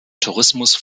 tourismus